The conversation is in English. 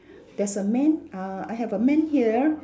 there's a man uh I have a man here